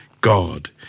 God